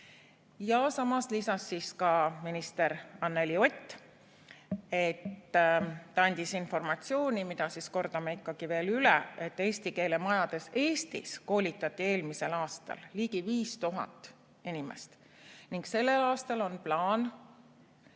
Samas lisas ka minister Anneli Ott, et ta andis informatsiooni, mille kordame ikkagi veel üle, et eesti keele majades Eestis koolitati eelmisel aastal ligi 5000 inimest ning sel aastal on plaan